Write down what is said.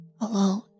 alone